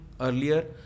earlier